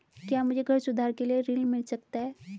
क्या मुझे घर सुधार के लिए ऋण मिल सकता है?